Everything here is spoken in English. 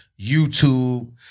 YouTube